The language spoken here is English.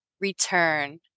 return